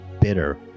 bitter